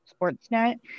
Sportsnet